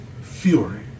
fury